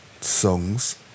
songs